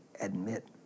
admit